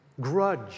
grudge